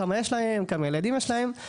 כמה ילדים יש להם,